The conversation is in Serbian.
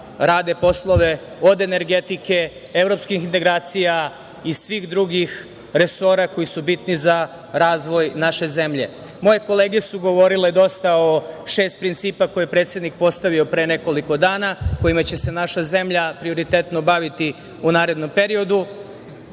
rade poslove od energetike, evropskih integracija i svih drugih resora koji su bitni za razvoj naše zemlje. Moje kolege su govorile dosta o šest principa koje je predsednik postavio pre nekoliko dana, kojima će se naša zemlja prioritetno baviti u narednom periodu.